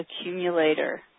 accumulator